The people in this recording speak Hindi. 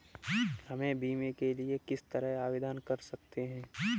हम बीमे के लिए किस तरह आवेदन कर सकते हैं?